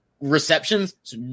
receptions